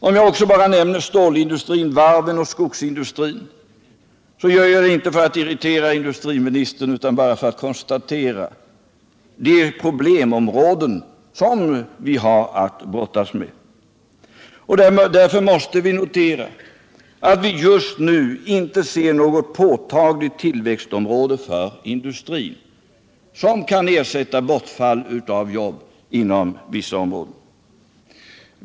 Om jag också bara nämner stålindustrin, varven och skogsindustrin, så gör jag det inte för att irritera industriministern utan bara för att konstatera vilka problemområden vi har att brottas med. Vi måste notera att vi just nu inte ser något påtagligt tillväxtområde för industrin som kan ersätta bortfall av jobb inom vissa områden.